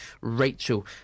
Rachel